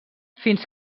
fins